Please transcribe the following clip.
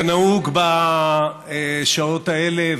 כנהוג בשעות האלה,